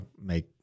make